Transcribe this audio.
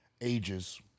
ages